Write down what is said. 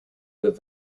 with